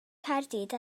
caerdydd